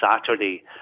Saturday